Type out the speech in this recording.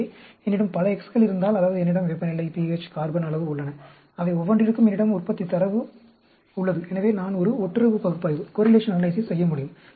எனவே என்னிடம் பல X கள் இருந்தால் அதாவது என்னிடம் வெப்பநிலை pH கார்பன் அளவு உள்ளன அவை ஒவ்வொன்றிற்கும் என்னிடம் உற்பத்தி தரவு உள்ளது எனவே நான் ஒரு ஒட்டுறவு பகுப்பாய்வு செய்ய முடியும்